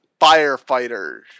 firefighters